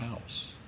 house